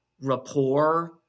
rapport